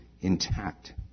intact